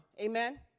Amen